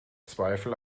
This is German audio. zweifel